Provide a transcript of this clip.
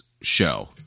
show